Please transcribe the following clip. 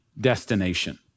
destination